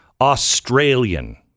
Australian